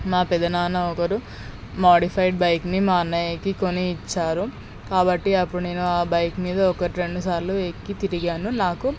మా పెదనాన ఒకరు మోడిఫైడ్ బైక్ని మా అన్నయ్యకి కొని ఇచ్చారు కాబట్టి అప్పుడు నేను ఆ బైక్ మీద ఒకటి రెండుసార్లు ఎక్కి తిరిగాను నాకు